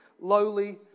lowly